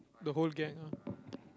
the whole gang ah